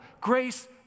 Grace